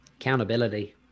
Accountability